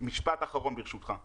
משפט אחרון, ברשותך.